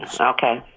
Okay